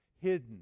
hidden